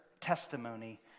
testimony